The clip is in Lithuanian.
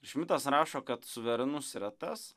šmitas rašo kad suverenus yra tas